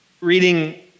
reading